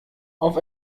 auf